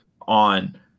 on